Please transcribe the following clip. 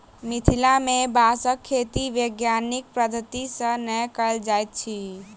मिथिला मे बाँसक खेती वैज्ञानिक पद्धति सॅ नै कयल जाइत अछि